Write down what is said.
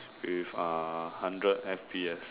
with uh hundred F_P_S